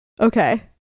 Okay